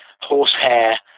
horsehair